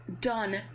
done